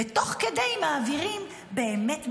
ותוך כדי מעבירים באמת מיליארדים,